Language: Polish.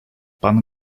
pan